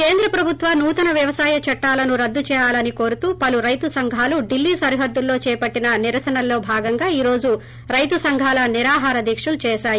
కేంద్ర ప్రభుత్వ నూతన వ్వవసాయ చట్టాలను రద్దు చేయాలని కోరుతూ పలు రైతు సంఘాలు డిల్డ్ సరిహద్దులలో చేపట్టిన నిరసనల్లో భాగంగా ఈ రోజు రైతు సంఘాలు నిరాహార దీక్ష చేసాయి